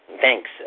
Thanks